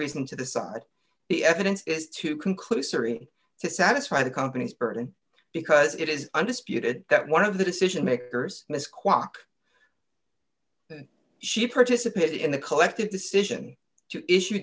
reason to decide the evidence is too conclusory to satisfy the company's burden because it is undisputed that one of the decision makers in this kwok she participated in the collective decision to issue